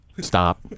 Stop